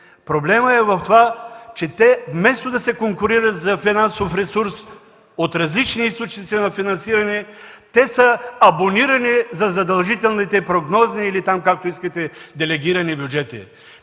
Проблемът е в това, че вместо да се конкурират за финансов ресурс от различни източници на финансиране, те са абонирани за задължителните прогнозни или делегирани бюджети!